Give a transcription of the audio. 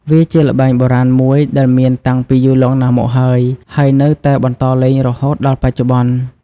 វាជាល្បែងបុរាណមួយដែលមានតាំងពីយូរលង់ណាស់មកហើយ ហើយនៅតែបន្តលេងរហូតដល់បច្ចុប្បន្ន ។